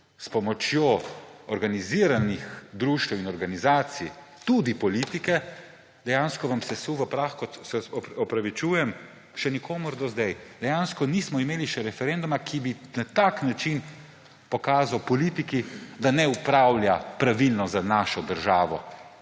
s pomočjo organiziranih društev in organizacij, tudi politike, dejansko sesulo v prah kot, se opravičujem, še nikomur do zdaj. Dejansko še nismo imeli referenduma, ki bi na tak način pokazal politiki, da ne upravlja pravilno z našo državo,